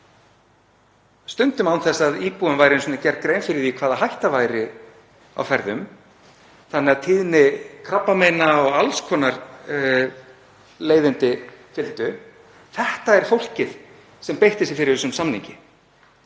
stundum án þess að íbúum væri einu sinni gerð grein fyrir því hvaða hætta væri á ferðum. Aukin tíðni krabbameina og alls konar leiðindi fylgdu. Þetta er fólkið sem beitti sér fyrir þessum samningi